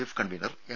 F convener M